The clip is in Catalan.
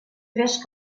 tres